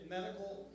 Medical